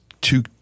two